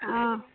ஆ